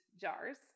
jars